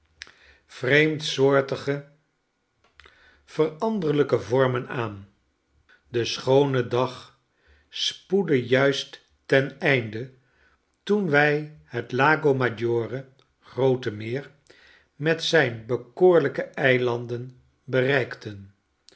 vreemdsoortige veranderlijke vorraen aan de schoone dag spocdde juist ten einde toen wij het lago maggiore groote meer met zijne bekoorlijke eilanden bereikten